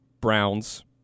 Browns